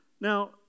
Now